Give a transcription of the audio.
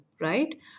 Right